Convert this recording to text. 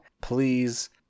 please